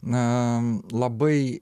na labai